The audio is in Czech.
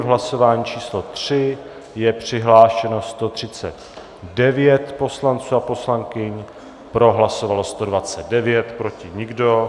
V hlasování číslo 3 je přihlášeno 139 poslanců a poslankyň, pro hlasovalo 129, proti nikdo.